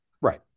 Right